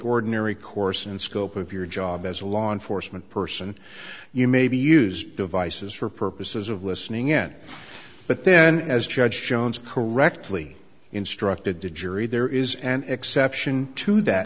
ordinary course and scope of your job as a law enforcement person you maybe use devices for purposes of listening in but then as judge jones correctly instructed the jury there is an exception to that